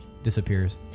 Disappears